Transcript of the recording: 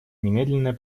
немедленное